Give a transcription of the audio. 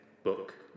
book